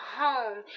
home